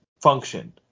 function